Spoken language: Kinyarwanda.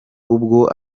ubwo